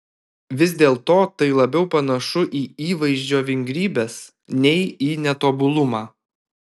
vis dėlto tai labiau panašu į įvaizdžio vingrybes nei į netobulumą